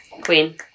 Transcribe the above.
Queen